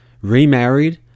remarried